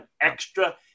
extra